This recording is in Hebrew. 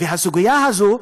והסוגיה הזאת,